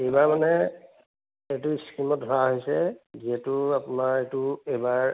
এইবাৰ মানে এইটো স্কিমত ধৰা হৈছে যিহেতু আপোনাৰ এইটো এবাৰ